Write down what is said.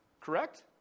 Correct